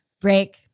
break